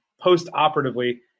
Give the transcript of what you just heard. post-operatively